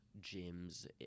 gyms